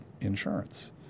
insurance